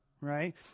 right